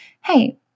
Hey